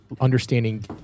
understanding